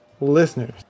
listeners